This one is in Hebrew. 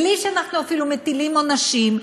בלי שאנחנו אפילו מטילים עונשים,